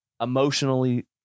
emotionally